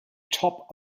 top